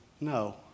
no